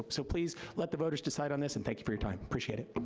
so please let the voters decide on this and thank you for your time, appreciate it.